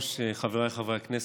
חבריי חברי הכנסת,